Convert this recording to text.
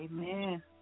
Amen